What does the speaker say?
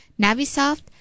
Navisoft